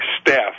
staff